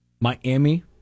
Miami